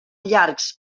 llargs